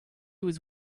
was